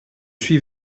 suis